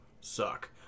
Suck